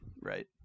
right